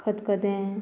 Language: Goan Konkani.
खतखतें